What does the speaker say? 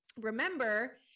remember